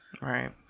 Right